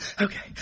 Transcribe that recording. okay